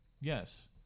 Yes